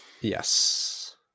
yes